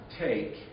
take